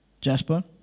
Jasper